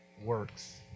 works